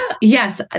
Yes